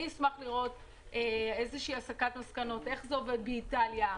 אשמח לראות איזושהי הסקת מסקנות: איך זה עובד באיטליה,